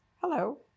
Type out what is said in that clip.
Hello